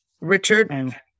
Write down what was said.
Richard